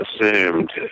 assumed